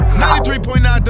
93.9